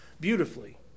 beautifully